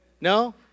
No